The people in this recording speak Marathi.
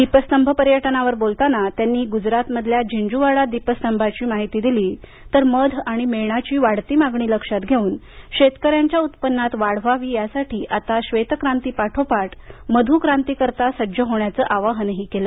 दीपस्तंभ पर्यटनावर बोलताना त्यांनी गुजरात मधल्या जिन्झूवाडा दीपस्तंभाची माहिती दिली तर मध आणि मेणाची वाढती मागणी लक्षात घेऊन शेतकऱ्यांच्या उत्पन्नात वाढ व्हावी यासाठी आता ब्रेतक्रांती पाठोपाठ मधुक्रांतीकरता सज्ज होण्याचं आवाहनही केलं